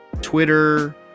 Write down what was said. Twitter